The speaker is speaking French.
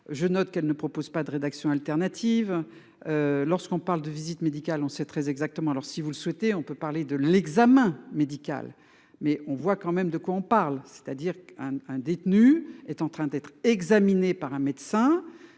je note qu'elle ne propose pas de rédaction alternative. Lorsqu'on parle de visite médicale, on sait très exactement. Alors si vous le souhaitez, on peut parler de l'examen médical. Mais on voit quand même de quoi on parle, c'est-à-dire qu'un détenu est en train d'être examiné par un médecin.